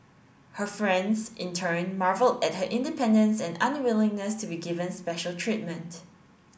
her friends in turn marvelled at her independence and unwillingness to be given special treatment